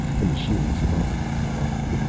the machines hummed into life.